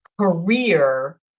career